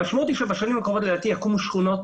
המשמעות היא שבשנים הקרובות לדעתי יקומו שכונות